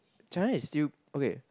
China is still okay